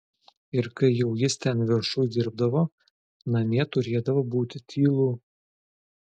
ir kai jau jis ten viršuj dirbdavo namie turėdavo būti tylu